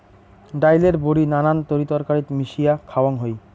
ডাইলের বড়ি নানান তরিতরকারিত মিশিয়া খাওয়াং হই